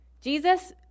Jesus